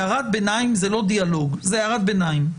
הערת ביניים זה לא דיאלוג, זה הערת ביניים.